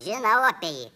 žinau apie jį